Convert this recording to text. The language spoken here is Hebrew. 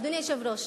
אדוני היושב-ראש,